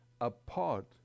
apart